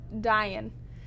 Dying